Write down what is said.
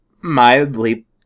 mildly